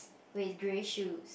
with grey shoes